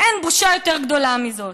אין בושה יותר גדולה מזאת.